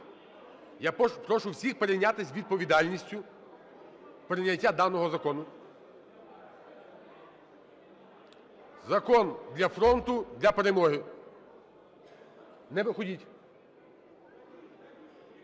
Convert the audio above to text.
Я прошу всіх перейнятись відповідальністю прийняття даного закону. Закон для фронту, для перемоги. Не виходьте.